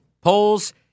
Polls